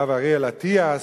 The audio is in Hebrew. הרב אריאל אטיאס,